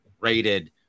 rated